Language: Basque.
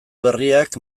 berriak